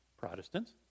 Protestants